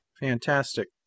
Fantastic